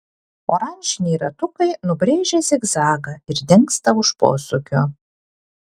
oranžiniai ratukai nubrėžia zigzagą ir dingsta už posūkio